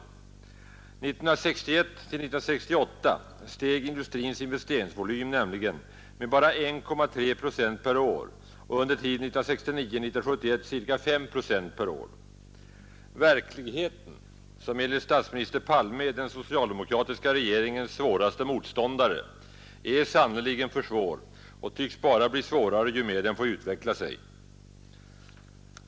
1961—1968 steg industrins investeringsvolym nämligen med bara 1,3 procent per år och under tiden 1969—1971 ca 5 procent per år. Verkligheten, som enligt statsminister Palme är den socialdemokratiska regeringens svåraste motståndare, är sannerligen för svår och tycks bara bli svårare ju mer den får utveckla sig.